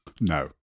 No